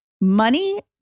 Money